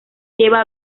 lleva